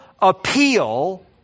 appeal